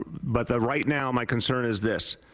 but right now my concern is this,